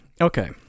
okay